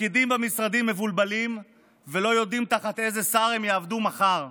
הפקידים במשרדים מבולבלים ולא יודעים תחת איזה שר הם יעבדו מחר.